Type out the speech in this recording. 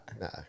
no